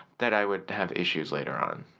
that i would have issues later on.